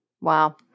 Wow